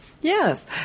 Yes